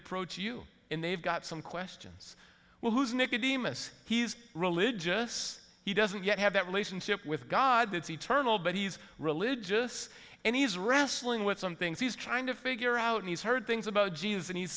approach you and they've got some questions well who's in it could be miss he's religious he doesn't yet have that relationship with god that's eternal but he's religious and he's wrestling with some things he's trying to figure out he's heard things about jesus and he's